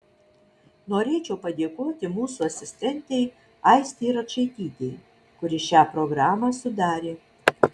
norėčiau padėkoti mūsų asistentei aistei račaitytei kuri šią programą sudarė